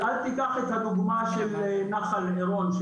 אל תיקח את הדוגמה של נחל עירון,